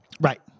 Right